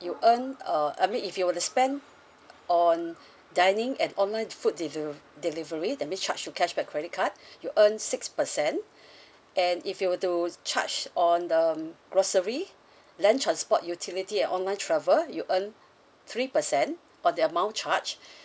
you earn uh I mean if you were to spend on dining and online food deliv~ delivery that means charge through cashback credit card you earn six percent and if you were to charge on the um grocery land transport utility and online travel you earn three percent on the amount charged